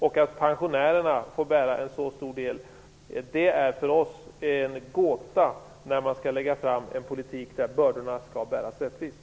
Och att pensionärerna får bära en så stor del är för oss en gåta, när man skall lägga fram en politik där bördorna skall bäras rättvist.